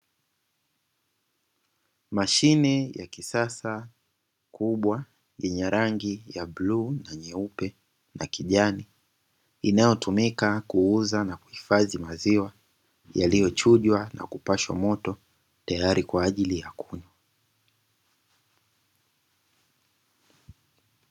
Mashine ya kisas, kubwa yenye rangi ya bluu na nyeupe na kijani, inayotumika kuuza na kuhifadhi maziwa yaliyochujwa na kupashwa moto, tayari kwa ajili ya kunywa.